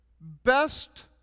best